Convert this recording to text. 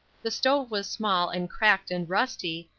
the stove was small and cracked and rusty,